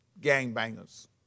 gangbangers